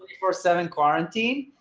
for seven quarantine,